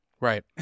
Right